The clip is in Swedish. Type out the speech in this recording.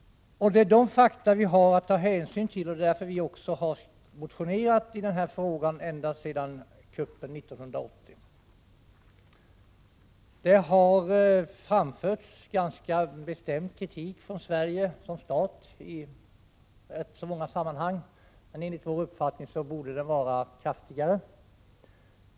Det är dessa fakta som vi har att ta hänsyn till, och det är därför som vi har motionerat i den här frågan ända sedan kuppen 1980. Det har framförts ganska bestämd kritik från Sverige som stat i rätt många sammanhang, men enligt vår uppfattning borde kritiken vara kraftigare.